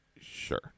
Sure